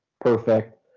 perfect